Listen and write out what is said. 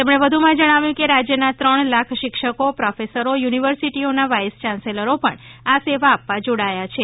તેમણે વધુમાં જણાવ્યુ કે રાજ્યના ત્રણ લાખ શિક્ષકો પ્રોફેસરો યુનિવર્સીટીઓનાં વાઈસ ચાન્સલરો પણ આ સેવા આપવા જોડાયા છે